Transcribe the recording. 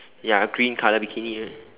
ya green colour bikini